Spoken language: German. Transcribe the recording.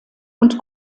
und